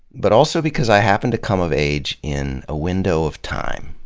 but also because i happened to come of age in a window of time,